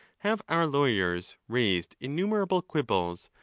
have our lawyers raised innumerable quibbles,